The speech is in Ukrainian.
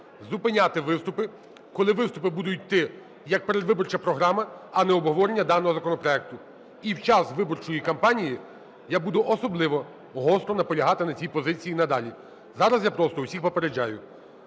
зупиняти виступи, коли виступи будуть йти як передвиборча програма, а не обговорення даного законопроекту. І в час виборчої кампанії я буду особливо гостро наполягати на цій позиції надалі. Зараз я просто всіх попереджаю.